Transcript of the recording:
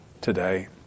today